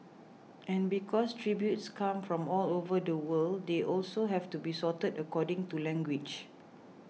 and because tributes come from all over the world they also have to be sorted according to language